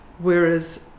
Whereas